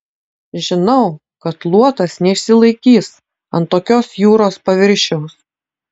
žinau kad luotas neišsilaikys ant tokios jūros paviršiaus